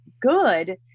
good